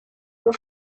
your